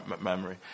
memory